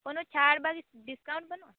ᱠᱳᱱᱳ ᱪᱷᱟᱲ ᱵᱟᱹᱜᱤ ᱰᱤᱥᱠᱟᱭᱩᱱᱴ ᱵᱟᱹᱱᱩᱜᱼᱟ